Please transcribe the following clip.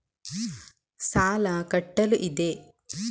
ಸಾಲ ಕಟ್ಟಲು ಇದೆ